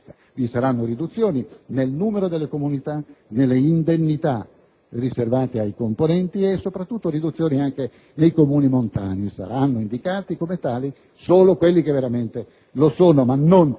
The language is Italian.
Vi saranno riduzioni nel numero delle comunità e nelle indennità riservate ai componenti e, soprattutto, nel numero dei Comuni montani: saranno indicati come tali solo quelli che veramente lo sono, ma non